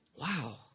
Wow